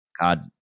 God